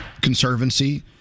Conservancy